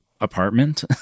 apartment